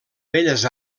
belles